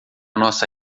nossa